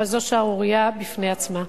אבל זו שערורייה בפני עצמה.